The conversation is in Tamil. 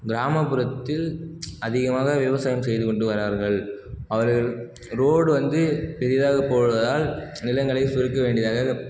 கிராமப்புறத்தில் அதிகமாக விவசாயம் செய்து கொண்டு வரார்கள் அவர்கள் ரோடு வந்து பெரிதாக போடுவதால் நிலங்களை சுருக்க வேண்டிய அவலம்